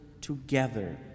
together